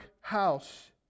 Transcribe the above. house